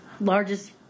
largest